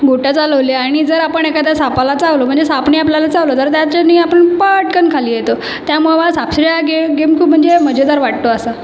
गोट्या चालवल्या आणि जर आपण एखाद्या सापाला चावलो म्हणजे सापनी आपल्याला चावलं तर त्याच्यानी आपण पटकन खाली येतो त्यामुळं मला सापशिडी हा गेम गेम खूप म्हणजे मजेदार वाटतो असा